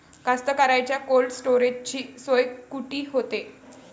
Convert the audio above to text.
कास्तकाराइच्या कोल्ड स्टोरेजची सोय कुटी होते?